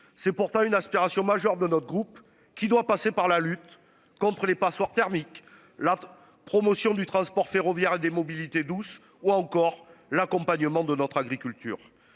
c'est pourtant une aspiration majeure de notre groupe qui doit passer par la lutte contre les passoires thermiques. La promotion du transport ferroviaire des mobilités douces ou encore l'accompagnement de notre agriculture.